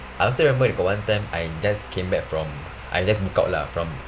I still remember you got one time I just came back from I just book out lah from